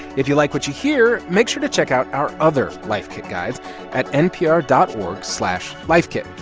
if you like what you hear, make sure to check out our other life kit guides at npr dot org slash lifekit.